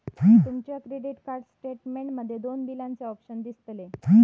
तुमच्या credit card statement मध्ये दोन बिलाचे ऑप्शन दिसतले